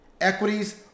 Equities